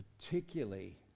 particularly